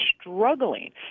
struggling